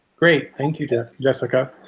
great. thank you to jessica.